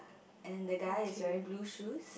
and the guy is wearing blue shoes